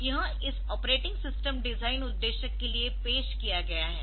तो यह इस ऑपरेटिंग सिस्टम डिजाइन उद्देश्य के लिए पेश किया गया है